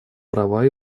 права